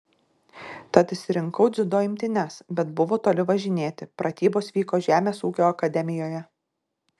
tad išsirinkau dziudo imtynes bet buvo toli važinėti pratybos vyko žemės ūkio akademijoje